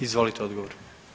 Izvolite odgovor.